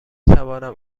توانم